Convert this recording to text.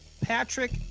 Patrick